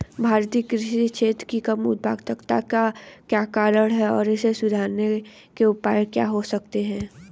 भारतीय कृषि क्षेत्र की कम उत्पादकता के क्या कारण हैं और इसे सुधारने के उपाय क्या हो सकते हैं?